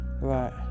Right